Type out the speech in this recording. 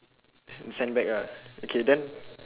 and sandbag ah okay then